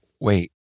Wait